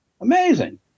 Amazing